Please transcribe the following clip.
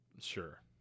Sure